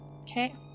Okay